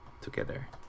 together